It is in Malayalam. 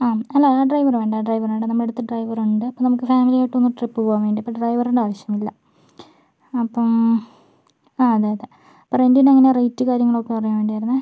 ആ അല്ല ഡ്രൈവർ വേണ്ട ഡ്രൈവർ വേണ്ട നമ്മുടെ അടുത്ത് ഡ്രൈവറുണ്ട് നമുക്ക് ഫാമിലിയായിട്ടൊന്ന് ട്രിപ്പ് പോകാൻ വേണ്ടി അപ്പോൾ ഡ്രൈവറിൻ്റെ ആവശ്യമില്ല അപ്പം ആ അതെ അതെ അപ്പോൾ റെന്റിന് എങ്ങനെയാണ് റേറ്റ് കാര്യങ്ങളൊക്കെ അറിയാൻ വേണ്ടി ആയിരുന്നേ